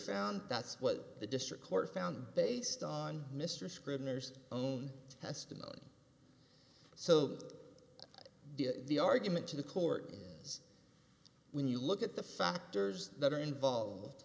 found that's what the district court found based on mr scribner's own testimony so the argument to the court is when you look at the factors that are involved